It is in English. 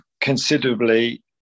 considerably